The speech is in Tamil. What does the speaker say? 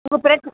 உங்கள் பிரச்